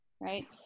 Right